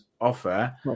offer